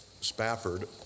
Spafford